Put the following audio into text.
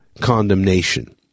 condemnation